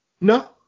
No